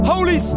Holy